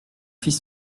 fils